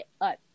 up